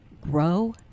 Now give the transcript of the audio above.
grow